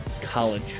college